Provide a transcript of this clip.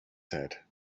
said